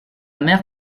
mère